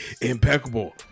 Impeccable